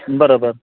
बराबरि